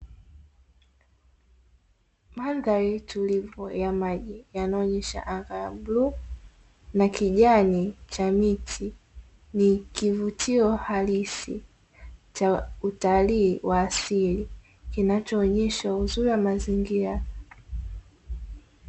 Mandhari tulivu ya maji yanayoonyesha anga ya bluu na kijani cha miti, ni kivutio halisi cha utalii wa asili kinachoonyesha uzuri wa mazingira.